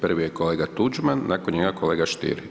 Prvo je kolega Tuđman, nakon njega kolega Stier.